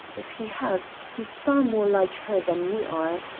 if he has, he's far more like her than you are.